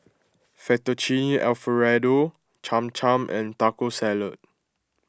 Fettuccine Alfredo Cham Cham and Taco Salad